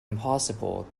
impossible